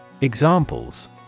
Examples